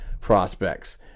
prospects